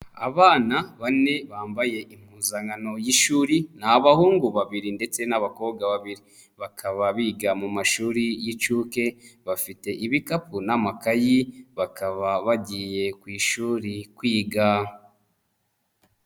Abana bane bambaye impuzankano y'ishuri ni abahungu babiri ndetse n'abakobwa babiri bakaba biga mu mashuri y'incuke bafite ibikapu n'amakayi bakaba bagiye ku ishuri kwiga.